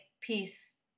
peace